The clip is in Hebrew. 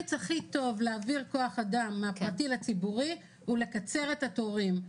התמריץ הכי טוב להעביר כוח אדם מהפרטי לציבורי הוא לקצר את התורים.